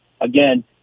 again